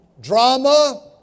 drama